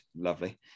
lovely